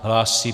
Hlásí.